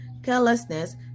carelessness